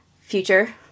future